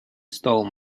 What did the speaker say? stole